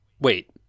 wait